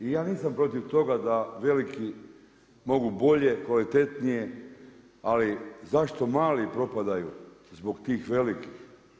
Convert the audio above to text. I ja nisam protiv toga da veliki mogu bolje, kvalitetnije ali zašto mali propadaju zbog tih velikih?